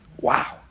wow